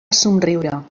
somriure